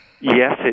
Yes